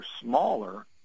smaller